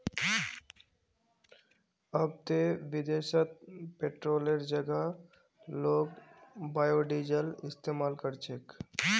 अब ते विदेशत पेट्रोलेर जगह लोग बायोडीजल इस्तमाल कर छेक